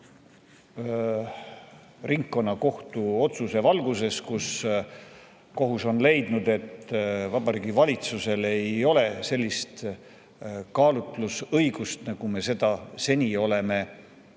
ringkonnakohtu otsuse valguses. Selles on kohus leidnud, et Vabariigi Valitsusel ei ole sellist kaalutlusõigust, nagu me seni oleme